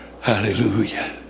Hallelujah